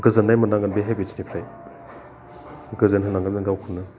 गोजोननाय मोननांगोन बे हेबिट्सनिफ्राय गोजोन होनांगोन जों गावखौनो